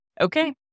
Okay